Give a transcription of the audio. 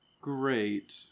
great